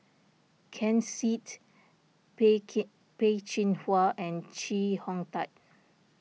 Ken Seet Peh Chin Hua and Chee Hong Tat